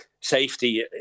safety